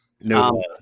No